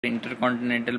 intercontinental